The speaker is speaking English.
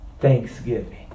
Thanksgiving